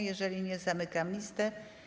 Jeżeli nie, zamykam listę.